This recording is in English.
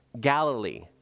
Galilee